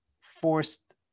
forced